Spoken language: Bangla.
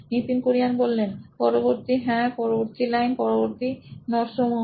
Nitin Kurian C O O নোইন ইলেক্ট্রনিক্স পরবর্তী হ্যাঁ পরবর্তী লাইন পরবর্তী নোটস সমূহ